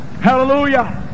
Hallelujah